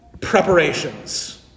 preparations